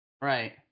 right